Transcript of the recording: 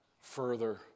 further